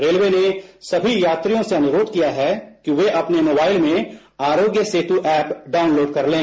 railway ने सभी यात्रियों से अनुरोध किया है कि वे अपने मोबाइल में आरोग्य सेतु ऐप डाउनलोड कर लें